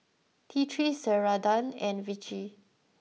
T three Ceradan and Vichy